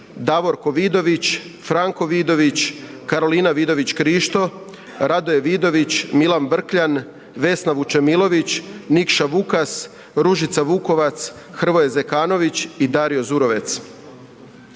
Davorko Vidović, Franko Vidović, Karolina Vidović Krišto, Radoje Vidović, Milan Brkljan, Vesna Vučemilović, Nikša Vukas, Ružica Vukovac, Hrvoje Zekanović i Dario Zurovec.